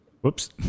Whoops